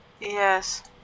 Yes